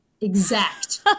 Exact